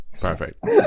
Perfect